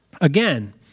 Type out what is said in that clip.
again